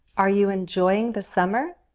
are you enjoying the summer?